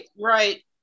right